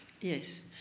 Yes